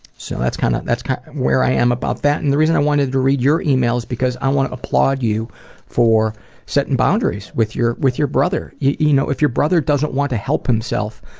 so that's kind of that's kind of where i am about that, and the reason i wanted to read your email is because i want to applaud you for setting boundaries with your with your brother. you you know, if your brother doesn't want to help himself,